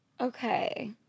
Okay